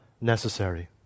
necessary